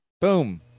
boom